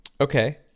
okay